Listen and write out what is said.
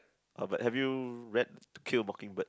uh but have you read to kill a mockingbird